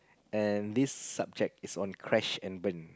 and this subject is on crash and burn